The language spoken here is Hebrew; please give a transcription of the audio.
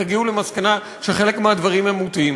תגיעו למסקנה שחלק מהדברים הם מוטעים,